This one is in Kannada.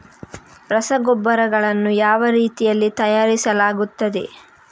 ರಸಗೊಬ್ಬರಗಳನ್ನು ಯಾವ ರೀತಿಯಲ್ಲಿ ತಯಾರಿಸಲಾಗುತ್ತದೆ?